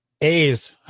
A's